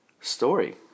story